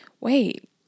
wait